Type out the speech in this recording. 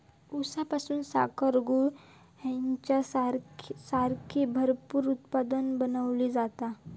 ऊसापासून साखर, गूळ हेंच्यासारखी भरपूर उत्पादना बनवली जातत